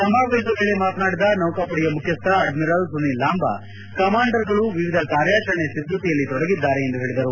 ಸಮಾವೇಶದ ವೇಳೆ ಮಾತನಾಡಿದ ನೌಕಾಪಡೆಯ ಮುಖ್ಲಸ್ವ ಅಡ್ಡಿರಲ್ ಸುನೀಲ್ ಲಂಬಾ ಕಮಾಂಡರ್ಗಳು ವಿವಿಧ ಕಾರ್ಯಾಚರಣೆ ಸಿದ್ದತೆಯಲ್ಲಿ ತೊಡಗಿದ್ದಾರೆ ಎಂದು ಹೇಳಿದರು